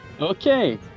Okay